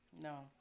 No